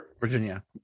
Virginia